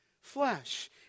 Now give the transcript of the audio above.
Flesh